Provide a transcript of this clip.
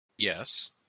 Yes